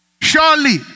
Surely